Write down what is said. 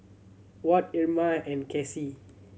Ward Irma and Kasey